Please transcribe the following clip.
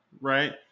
right